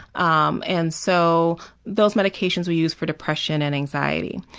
um and so those medications we use for depression and anxiety.